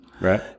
right